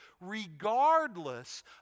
regardless